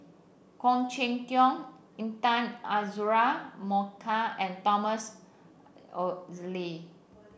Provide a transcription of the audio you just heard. Khoo Cheng Tiong Intan Azura Mokhtar and Thomas